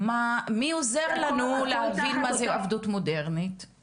שהביא את אותם עובדים לישראל למטרה הזאת,